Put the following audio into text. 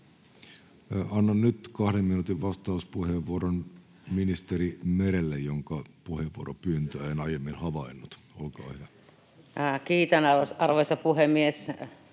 Annan nyt kahden minuutin vastauspuheenvuoron ministeri Merelle, jonka puheenvuoropyyntöä en aiemmin havainnut. — Olkaa hyvä. Kiitän, arvoisa puhemies!